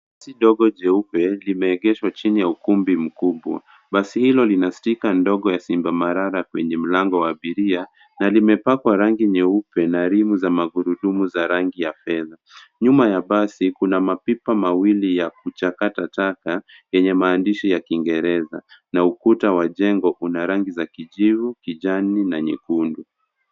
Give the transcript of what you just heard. Basi dogo jeupe limeegeshwa chini ya ukumbi mkubwa. Basi hilo lina sticker ndogo ya simba marara kwenye mlango wa abiria na limepakwa rangi nyeupe na rimu za magurudumu za rangi ya fedha. Nyuma ya basi, kuna mapipa mawili ya kuchakata taka yenye maandishi ya kiingereza na ukuta wa jengo una rangi za kijivu, kijani na nyekundu.